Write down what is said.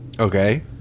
Okay